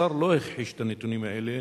השר לא הכחיש את הנתונים האלה,